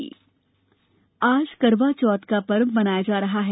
करवाचौथ आज करवा चौथ का पर्व मनाया जा रहा है